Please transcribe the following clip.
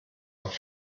auf